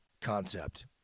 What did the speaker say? Concept